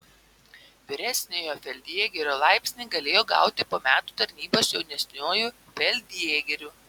vyresniojo feldjėgerio laipsnį galėjo gauti po metų tarnybos jaunesniuoju feldjėgeriu